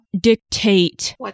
dictate